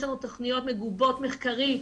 יש לנו תכניות מגובות מחקרית,